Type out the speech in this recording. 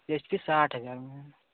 H P साठ हज़ार में